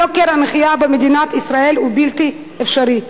יוקר המחיה במדינת ישראל הוא בלתי אפשרי.